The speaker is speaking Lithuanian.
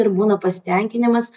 ir būna pasitenkinimas